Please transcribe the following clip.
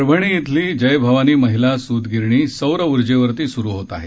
परभणी इथल्या जय भवानी महिला सूतगिरणी सौर उर्जेवर स्रू होत आहे